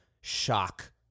shock